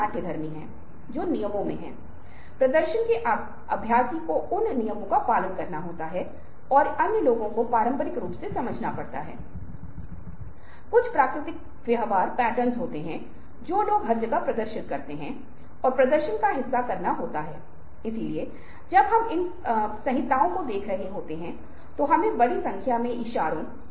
दूसरी ओर Stockholm syndrome कुछ बहुत दिलचस्प है जो धारणा को बदल देता है लेकिन यह वास्तव में हेरफेर नहीं है जिसे आप उन बलों द्वारा नहीं मनाया जाता है जिन्हें आप किसी भी तरह से मनाने की कोशिश कर रहे हैं और इस तथ्य से आता है कि कई मामलों में जहां बंधक स्थिति है